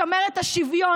לשמר את השוויון,